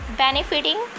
benefiting